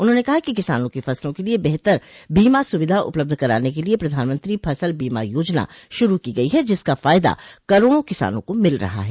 उन्होंने कहा कि किसानों की फसलों के लिए बेहतर बीमा सुविधा उपलब्ध कराने के लिए प्रधानमंत्री फसल बीमा योजना शुरू की गई है जिसका फायदा करोड़ों किसानों को मिल रहा है